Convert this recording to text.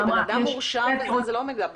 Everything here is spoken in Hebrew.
בן אדם שהורשע, זה לא מידע פרטי.